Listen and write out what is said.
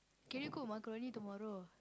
can you cook macaroni tomorrow